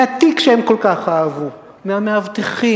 מהתיק שהם כל כך אהבו, מהמאבטחים.